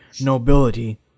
nobility